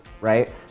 right